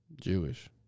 Jewish